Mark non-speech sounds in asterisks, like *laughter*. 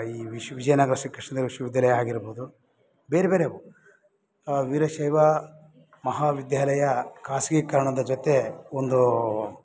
ಈ ವಿಶ್ ವಿಜಯನಗರ ಶ್ರೀಕೃಷ್ಣದೇವ *unintelligible* ವಿಶ್ವವಿದ್ಯಾಲಯ ಆಗಿರ್ಬೌದು ಬೇರೆ ಬೇರೆಯವು ವೀರಶೈವ ಮಹಾವಿದ್ಯಾಲಯ ಖಾಸಗೀಕರ್ಣದ ಜೊತೆ ಒಂದು